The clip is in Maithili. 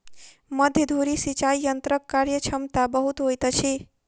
मध्य धुरी सिचाई यंत्रक कार्यक्षमता बहुत होइत अछि